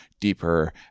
deeper